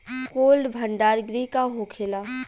Cold भण्डार गृह का होखेला?